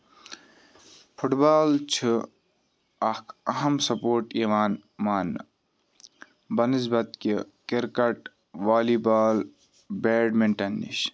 foot بال چھُ اکھ اَہم سَپوٹ یِوان ماننہٕ بنِسبط کہِ cricket volleyball badminton نِش